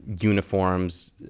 uniforms